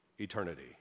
eternity